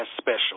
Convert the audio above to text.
special